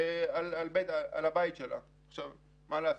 ועצם המילה, אתה אומר התנתקות,